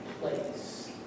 place